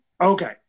Okay